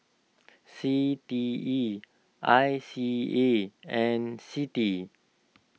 C T E I C A and Citi